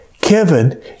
Kevin